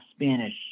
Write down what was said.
Spanish